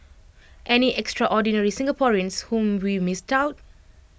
any extraordinary Singaporeans whom we missed out